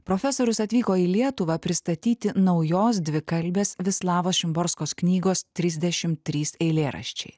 profesorius atvyko į lietuvą pristatyti naujos dvikalbės vislavos šimborskos knygos trisdešim trys eilėraščiai